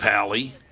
Pally